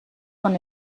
con